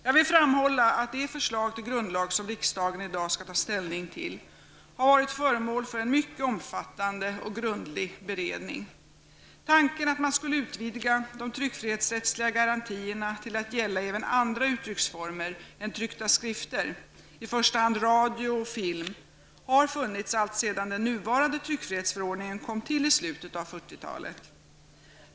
Jag vill framhålla att det förslag till grundlag som riksdagen i dag skall ta ställning till har varit föremål för en mycket omfattande och grundlig beredning. Tanken att man skulle utvidga de tryckfrihetsrättsliga garantierna till att gälla även andra uttrycksformer än tryckta skrifter, i första hand radio och film, har funnits alltsedan den nuvarande tryckfrihetsförordningen kom till i slutet av 40-talet.